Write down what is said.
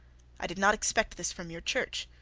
i did not expect this from your church,